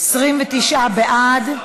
מס' 131) (תקיפת עובד חינוך),